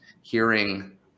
hearing